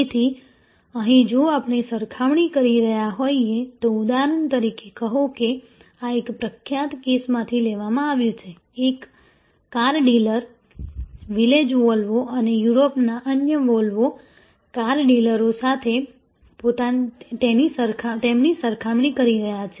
તેથી અહીં જો આપણે સરખામણી કરી રહ્યા હોઈએ તો ઉદાહરણ તરીકે કહો કે આ એક પ્રખ્યાત કેસમાંથી લેવામાં આવ્યું છે એક કાર ડીલર વિલેજ વોલ્વો અને યુરોપના અન્ય વોલ્વો કાર ડીલરો સાથે તેમની સરખામણી કરી રહ્યા છે